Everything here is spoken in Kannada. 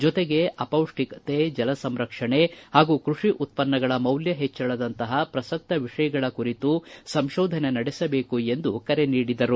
ಜೊತೆಗೆ ಅಪೌಷ್ಕಿಕತೆ ಜಲಸಂರಕ್ಷಣೆ ಹಾಗೂ ಕೃಷಿ ಉತ್ಪನ್ನಗಳ ಮೌಲ್ಯ ಹೆಚ್ಚಳದಂತಹ ಪ್ರಸಕ್ತ ವಿಷಯಗಳ ಕುರಿತು ಸಂಶೋಧನೆ ನಡೆಸಬೇಕು ಎಂದು ಕರೆ ನೀಡಿದರು